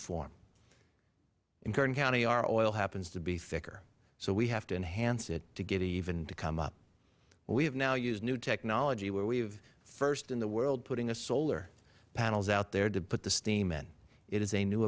form in kern county our oil happens to be thicker so we have to enhance it to get it even to come up but we have now used new technology where we are first in the world putting in solar panels out there to put the steam in it is a new